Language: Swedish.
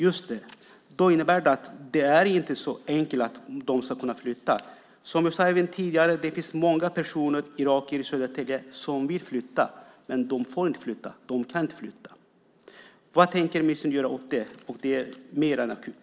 Det innebär att det inte är så enkelt för dem att flytta. Som jag sade tidigare finns det många irakier i Södertälje som vill flytta. Men de får inte flytta, eftersom de inte kan flytta. Vad tänker ministern göra åt det? Det är mer än akut.